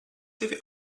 tevi